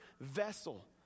vessel